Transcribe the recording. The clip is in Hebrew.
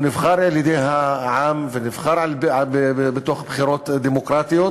נבחר על-ידי העם ונבחר בתוך בחירות דמוקרטיות,